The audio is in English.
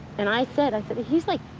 and i thought of that he's like.